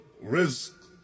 risk